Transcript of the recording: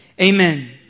amen